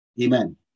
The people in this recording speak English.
Amen